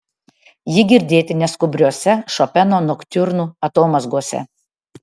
ji girdėti neskubriose šopeno noktiurnų atomazgose